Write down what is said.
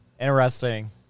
interesting